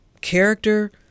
character